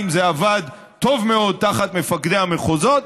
זה עבד טוב מאוד תחת מפקדי המחוזות.